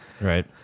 Right